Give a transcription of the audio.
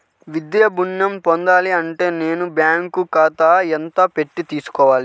విద్యా ఋణం పొందాలి అంటే నేను బ్యాంకు ఖాతాలో ఎంత పెట్టి తీసుకోవాలి?